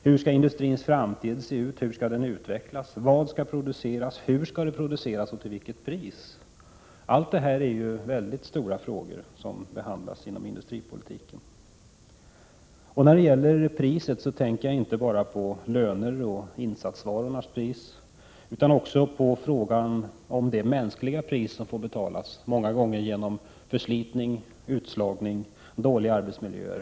Hur skall industrins framtid se ut? Hur skall den utvecklas? Vad skall produceras? Hur skall det produceras och till vilket pris? Det är mycket stora frågor som behandlas inom industripolitiken. När det gäller priset så tänker jag inte bara på löner och insatsvarornas pris, utan också på det mänskliga priset som många gånger får betalas i form av förslitningar, utslagningar och dåliga arbetsmiljöer.